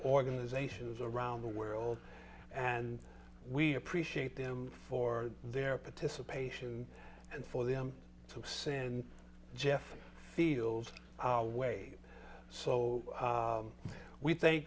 organizations around the world and we appreciate them for their participation and for them to send jeff feels our way so we thank